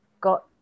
got